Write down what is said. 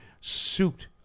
suit